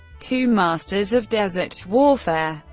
two masters of desert warfare.